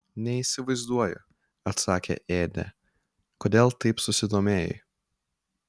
neįsivaizduoju atsakė ėdė kodėl taip susidomėjai